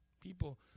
people